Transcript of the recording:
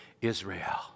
Israel